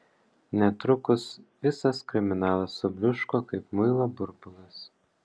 netrukus visas kriminalas subliūško kaip muilo burbulas